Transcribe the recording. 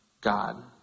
God